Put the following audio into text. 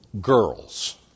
Girls